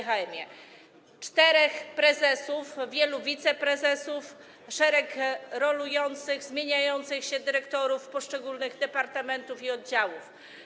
Czterech prezesów, wielu wiceprezesów, szereg rolujących, zmieniających się dyrektorów poszczególnych departamentów i oddziałów.